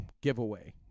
giveaway